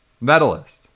medalist